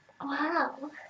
Wow